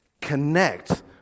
connect